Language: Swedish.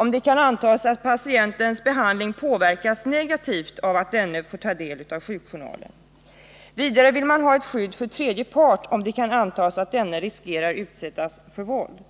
Om det kan antas att patientens behandling påverkas negativt av att denne får ta del av sjukjournalen kan man också begränsa den nämnda rätten. Vidare vill man ha ett skydd för tredje part, om det kan antas att denne riskerar utsättas för våld. Man